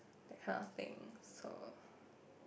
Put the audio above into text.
that kind of thing so